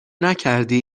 نکردی